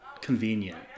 convenient